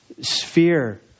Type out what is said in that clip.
sphere